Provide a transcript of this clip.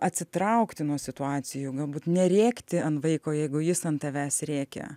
atsitraukti nuo situacijų galbūt nerėkti an vaiko jeigu jis ant tavęs rėkia